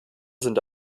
sind